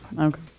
okay